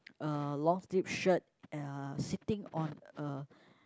uh long sleeve shirt uh sitting on a